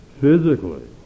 physically